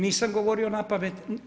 Nisam govorio na pamet.